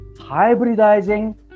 hybridizing